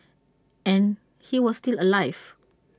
and he was still alive